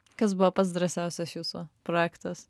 kas buvo pats drąsiausias jūsų projektas